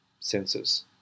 sensors